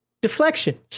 deflection